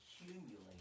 accumulate